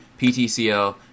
PTCL